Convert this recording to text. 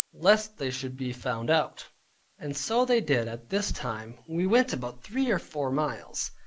lest they should be found out and so they did at this time. we went about three or four miles,